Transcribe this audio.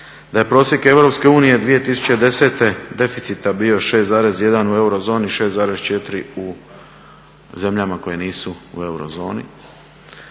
da je prosjek EU 2010. deficita bio 6,1 u eurozoni, 6,4 u zemljama koje nisu u eurozoni